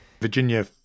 Virginia